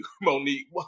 Monique